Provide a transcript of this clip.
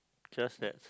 just that